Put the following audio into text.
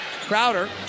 Crowder